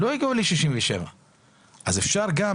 אז אפשר גם